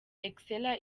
excella